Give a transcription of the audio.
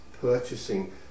purchasing